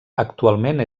actualment